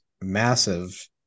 massive